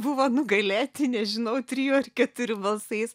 buvo nugalėti nežinau trijų ar keturių balsais